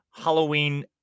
Halloween